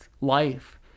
life